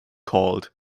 called